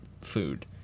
food